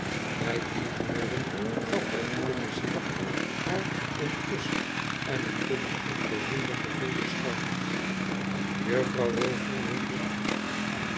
bij die woorden gaf de goedige ziel haar een kus en een tikje op de ronde gevulde schouders juffrouw wilfer